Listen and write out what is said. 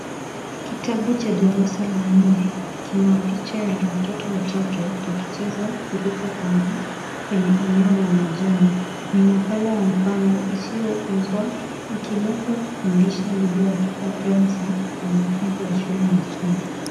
Kitabu cha darasa la nne kina picha ya watoto watatu wakicheza kuruka kamba, kwenye eneo la majani. Ni nakala ya mfano isiyouzwa, ikilenga kufundisha lugha ya Kifaransa kwa wanafunzi wa shule ya msingi.